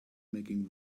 making